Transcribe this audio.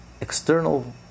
External